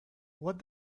what